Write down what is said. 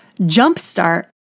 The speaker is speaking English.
jumpstart